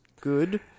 good